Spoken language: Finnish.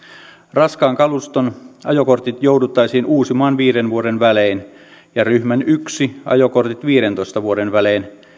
raskaan kaluston ajokortit jouduttaisiin uusimaan viiden vuoden välein ja ryhmän yksi ajokortit viidentoista vuoden välein